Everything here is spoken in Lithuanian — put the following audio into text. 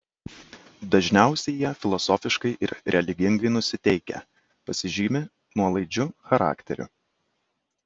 dažniausiai jie filosofiškai ir religingai nusiteikę pasižymi nuolaidžiu charakteriu